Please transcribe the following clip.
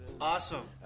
Awesome